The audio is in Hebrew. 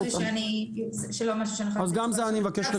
זה לא משהו שאני יכולה להבטיח --- אז גם על זה אני מבקש לקבל בתשובה.